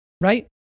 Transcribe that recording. right